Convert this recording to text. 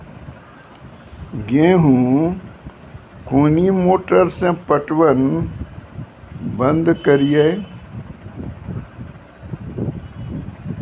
गेहूँ कोनी मोटर से पटवन बंद करिए?